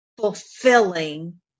fulfilling